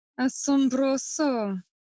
Asombroso